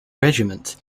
regiment